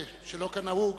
שלא כנהוג,